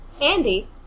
Andy